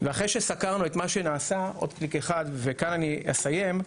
אחרי שסקרנו את מה שנעשה, וכאן אני אסיים,